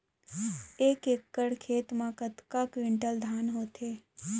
एक एकड़ खेत मा कतका क्विंटल धान होथे?